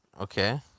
Okay